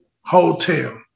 hotel